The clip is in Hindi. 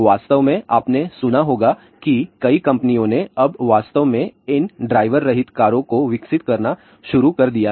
वास्तव में आपने सुना होगा कि कई कंपनियों ने अब वास्तव में इन ड्राइवर रहित कारों को विकसित करना शुरू कर दिया है